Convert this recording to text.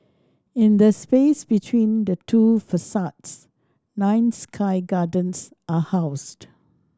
in the space between the two facades nine sky gardens are housed